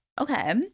okay